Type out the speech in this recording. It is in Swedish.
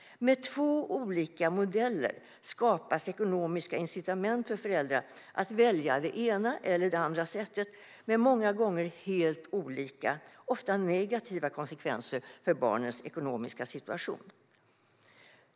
Med två olika modeller skapas ekonomiska incitament för föräldrar att välja det ena eller det andra sättet med många gånger helt olika, ofta negativa, konsekvenser för barnens ekonomiska situation.